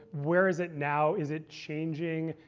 where is it now? is it changing?